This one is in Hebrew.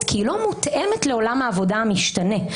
כי היא לא מותאמת לעולם העבודה המשתנה.